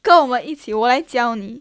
跟我们一起我来教你